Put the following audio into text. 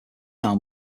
arm